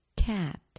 Cat